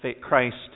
Christ